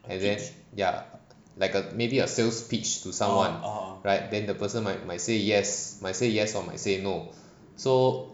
and then ya like a maybe a sales pitch to someone right then the person might might say yes might say yes or might say no so